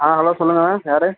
ஆ hello சொல்லுங்கள் யார்